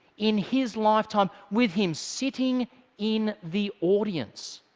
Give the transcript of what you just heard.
in his lifetime, with him sitting in the audience,